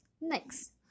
Next